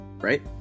right